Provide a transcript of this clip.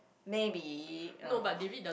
maybe uh